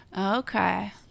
Okay